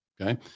Okay